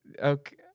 okay